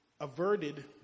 Averted